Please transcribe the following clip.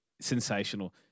sensational